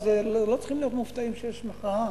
אז לא צריכים להיות מופתעים שיש מחאה.